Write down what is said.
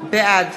בעד